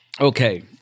okay